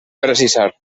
precisar